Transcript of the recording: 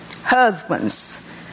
husbands